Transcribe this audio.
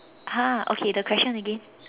!huh! okay the question again